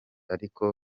ariko